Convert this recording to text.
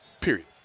period